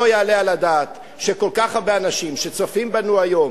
ולא יעלה על הדעת שכל כך הרבה אנשים שצופים בנו היום,